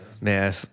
Man